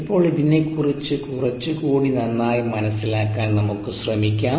ഇപ്പോൾ ഇതിനെക്കുറിച്ച് കുറച്ചുകൂടെ നന്നായി മനസ്സിലാക്കാൻ നമുക്ക് ശ്രമിക്കാം